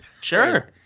Sure